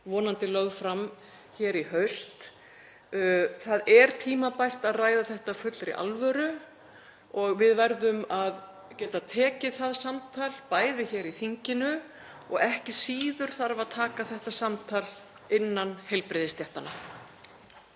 vonandi lögð fram í haust. Það er tímabært að ræða þetta af fullri alvöru og við verðum að geta tekið það samtal hér í þinginu og ekki síður þarf að taka þetta samtal innan heilbrigðisstéttanna.